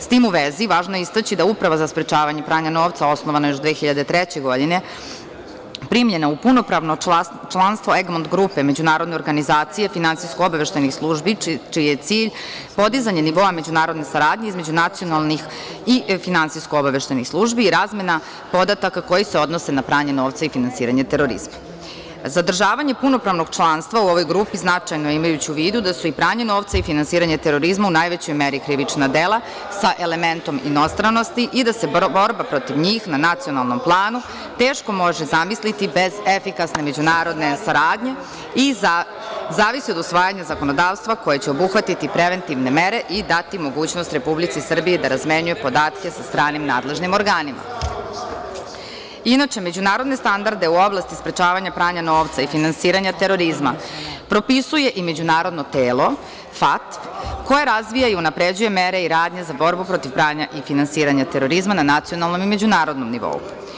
S tim u vezi, važno je istaći da je Uprava za sprečavanja pranja novca, osnovana još 2003. godine, primljena u punopravno članstvo Egmont grupe, međunarodne organizacije finansijsko-obaveštajnih službi, čiji je cilj podizanje nivoa međunarodne saradnje između nacionalnih i finansijsko-obaveštajnih službi i razmena podataka koji se odnose na pranje novca i finansiranje terorizma. [[Žamor u sali.]] Zadržavanje punopravnog članstva u ovoj grupi značajno je, imajući u vidu da su i pranje novca i finansiranje terorizma u najvećoj meri krivična dela sa elementom inostranosti i da se borba protiv njih na nacionalnom planu teško može zamisliti bez efikasne međunarodne saradnje i zavisi od usvajanja zakonodavstva koje će obuhvatiti preventivne mere i dati mogućnost Republici Srbiji da razmenjuje podatke sa stranim nadležnim organima. [[Žamor u sali.]] Inače, međunarodne standarde u oblasti sprečavanja pranja novca i finansiranja terorizma propisuje i međunarodno telo FATF, koje razvija i unapređuje mere i radnje za borbu protiv pranja i finansiranje terorizma na nacionalnom i međunarodnom nivou.